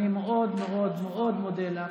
אני מאוד מאוד מאוד מודה לך.